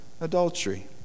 adultery